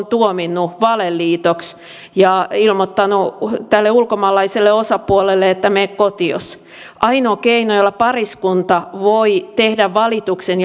tuominneet valeliitoksi ja ilmoittaneet tälle ulkomaalaiselle osapuolelle että mene kotios ainoa keino jolla pariskunta voi tehdä valituksen